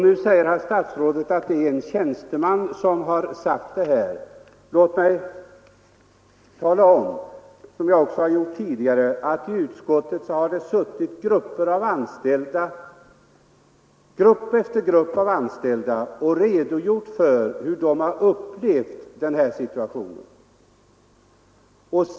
Nu säger herr statsrådet att det är en tjänsteman som har yttrat det jag refererade i mitt tidigare inlägg. Låt mig tala om, liksom jag också har gjort tidigare, att grupp efter grupp av anställda har suttit i utskottet och redogjort för hur de har upplevt den här situationen.